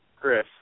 Chris